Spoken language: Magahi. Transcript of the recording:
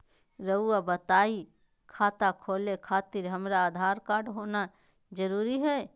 रउआ बताई खाता खोले खातिर हमरा आधार कार्ड होना जरूरी है?